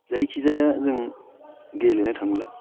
जायखिजाया जों गेलेनो थांब्ला